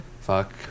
Fuck